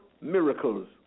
miracles